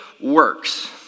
works